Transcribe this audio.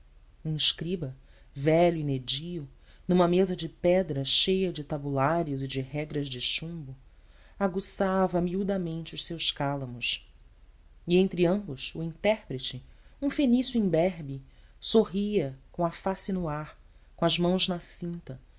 escriba velho e nédio numa mesa de pedra cheia de tabulários e de regras de chumbo aguçava miudamente os seus cálamos e entre ambos o intérprete um fenício imberbe sorria com a face no ar com as mãos na cinta